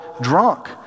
drunk